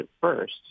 first